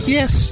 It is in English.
Yes